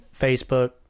facebook